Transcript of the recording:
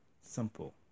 simple